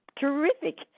terrific